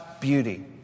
beauty